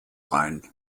rein